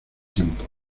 tiempo